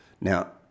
Now